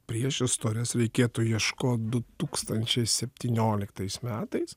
priešistorės reikėtų ieškot du tūkstančiai septynioliktais metais